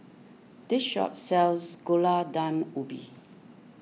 this shop sells Gulai Daun Ubi